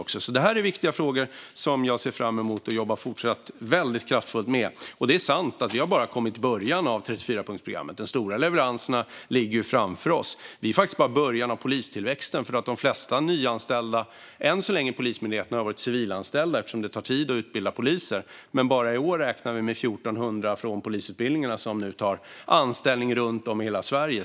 Detta är viktiga frågor som jag ser fram emot att fortsatt jobba väldigt kraftfullt med. Det är sant att vi bara är i början av 34-punktsprogrammet. De stora leveranserna ligger framför oss. Vi är faktiskt bara i början av polistillväxten. Än så länge har de flesta nyanställda vid Polismyndigheten varit civilanställda eftersom det tar tid att utbilda poliser. Men bara i år räknar vi med 1 400 från polisutbildningarna som nu får anställning runt om i hela Sverige.